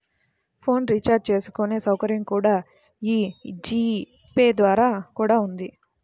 phone recharge చేసుకునే సౌకర్యం కూడా యీ జీ పే ద్వారా కూడా ఉంది